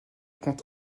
compte